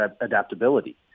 adaptability